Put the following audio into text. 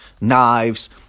knives